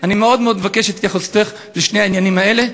אני מאוד מאוד מבקש את התייחסותך לשני העניינים האלה.